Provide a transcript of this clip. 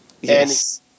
Yes